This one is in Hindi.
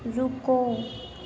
रुको